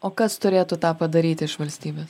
o kas turėtų tą padaryti iš valstybės